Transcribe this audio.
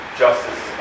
justice